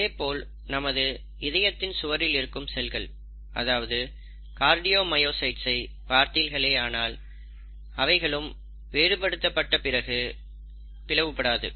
இதே போல் நமது இதயத்தின் சுவரில் இருக்கும் செல்கள் அதாவது கார்டியோமயோசைட்ஸ் ஐ பார்த்தீர்களேயானால் வேறுபடுத்தப்பட்ட பிறகு அவைகளும் பிளவு படாது